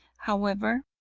however,